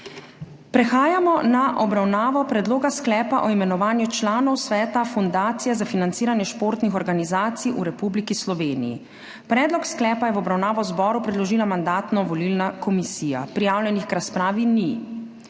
Prehajamo na obravnavo Predloga sklepa o imenovanju članov Sveta Fundacije za financiranje športnih organizacij v Republiki Sloveniji. Predlog sklepa je v obravnavo zboru predložila Mandatno-volilna komisija. Prijavljenih k razpravi ni.